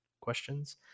questions